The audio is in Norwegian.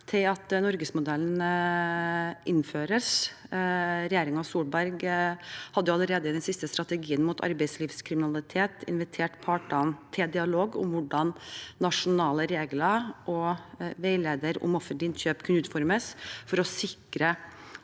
til at norgesmodellen innføres. Regjeringen Solberg hadde allerede i den siste strategien mot arbeidslivskriminalitet invitert partene til dialog om hvordan nasjonale regler og veileder om offentlige innkjøp kunne utformes for å sikre